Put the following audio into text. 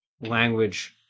language